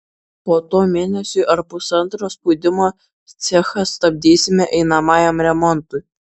po to mėnesiui ar pusantro spaudimo cechą stabdysime einamajam remontui